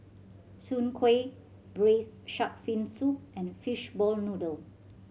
soon kway Braised Shark Fin Soup and fishball noodle